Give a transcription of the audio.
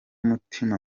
umutima